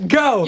go